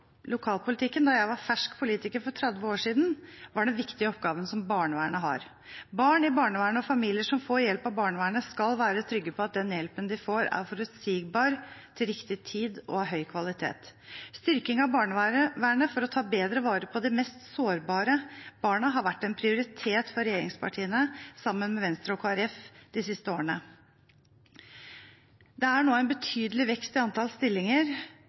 lokalpolitikken da jeg var fersk politiker for 30 år siden, var den viktige oppgaven som barnevernet har. Barn i barnevernet og familier som får hjelp av barnevernet, skal være trygge på at den hjelpen de får, er forutsigbar, til riktig tid og av høy kvalitet. Styrking av barnevernet for å ta bedre vare på de mest sårbare barna har vært en prioritet for regjeringspartiene og Venstre og Kristelig Folkeparti de siste årene. Det er nå en betydelig vekst i antallet stillinger,